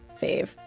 fave